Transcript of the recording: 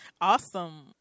Awesome